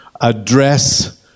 Address